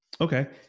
Okay